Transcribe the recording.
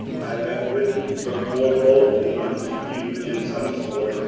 i have written the more boldly unto you in some sort,